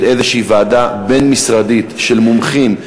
איזושהי ועדה בין-משרדית של מומחים,